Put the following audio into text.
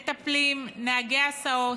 מטפלים, נהגי הסעות.